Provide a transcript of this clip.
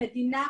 מדינה,